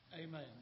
Amen